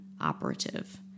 operative